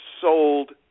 sold